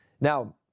Now